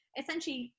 essentially